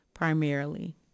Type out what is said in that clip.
primarily